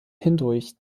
hindurch